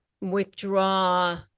withdraw